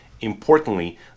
Importantly